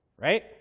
right